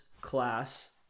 class